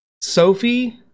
Sophie